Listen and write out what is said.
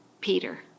Peter